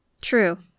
True